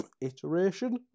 iteration